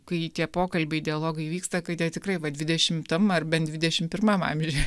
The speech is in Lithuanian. kai tie pokalbiai dialogai vyksta kad jie tikrai va dvidešimtam ar bent dvidešimt pirmam amžiuje